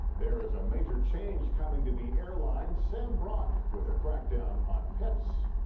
there's a major change coming to the airlines sam brock with the crackdown on pets